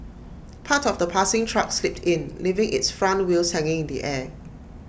part of the passing truck slipped in leaving its front wheels hanging in the air